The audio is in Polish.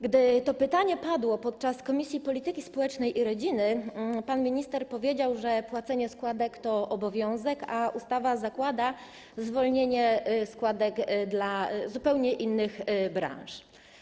Gdy to pytanie padło podczas posiedzenia Komisji Polityki Społecznej i Rodziny, pan minister powiedział, że płacenie składek to obowiązek, a ustawa zakłada zwolnienie z płacenia składek dla zupełnie innych branż.